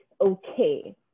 okay